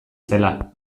zela